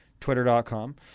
twitter.com